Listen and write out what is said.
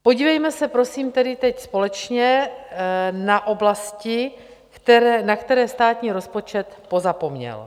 Podívejme se prosím tedy teď společně na oblasti, na které státní rozpočet pozapomněl.